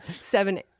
seven